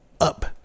up